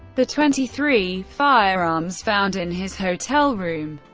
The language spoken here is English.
the twenty three firearms found in his hotel room,